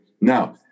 Now